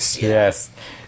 yes